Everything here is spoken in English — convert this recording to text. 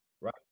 right